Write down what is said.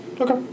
Okay